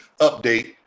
update